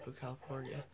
California